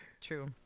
True